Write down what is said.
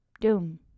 doom